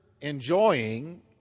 enjoying